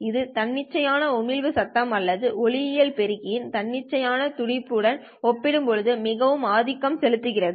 இது தன்னிச்சையான தன்னிச்சையான உமிழ்வு சத்தம் அல்லது ஒளியியல் பெருக்கி இன் தன்னிச்சையான தன்னிச்சையான துடிப்பு உடன் ஒப்பிடும்போது மிகவும் ஆதிக்கம் செலுத்துகிறது